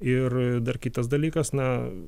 ir dar kitas dalykas na